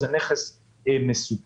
זה נכס מסוכן.